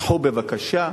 קחו בבקשה.